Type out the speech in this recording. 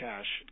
Cash